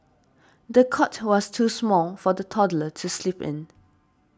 the cot was too small for the toddler to sleep in